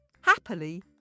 happily